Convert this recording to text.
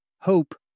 Hope